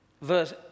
verse